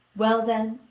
well, then,